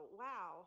wow